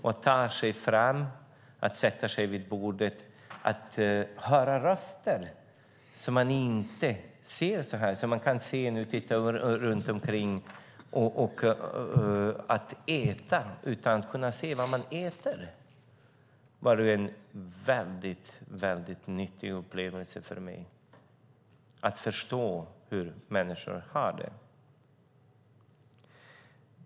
Att ta sig fram, att sätta sig vid bordet, att höra röster man inte ser var de kommer ifrån - här kan man se sig omkring - och att äta utan att kunna se vad man äter var en väldigt nyttig upplevelse för mig. Det handlar om att förstå hur människor har det.